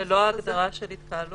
זאת לא ההגדרה של התקהלות?